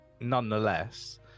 nonetheless